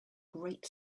great